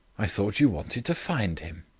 i thought you wanted to find him?